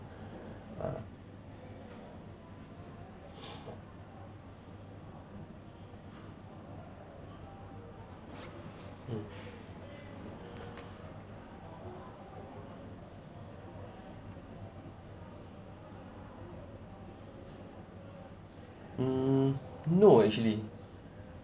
uh mm mm no actually